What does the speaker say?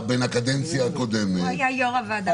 בין הקדנציה הקודמת --- הוא היה יושב-ראש הוועדה.